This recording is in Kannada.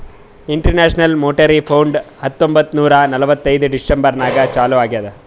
ಇಂಟರ್ನ್ಯಾಷನಲ್ ಮೋನಿಟರಿ ಫಂಡ್ ಹತ್ತೊಂಬತ್ತ್ ನೂರಾ ನಲ್ವತ್ತೈದು ಡಿಸೆಂಬರ್ ನಾಗ್ ಚಾಲೂ ಆಗ್ಯಾದ್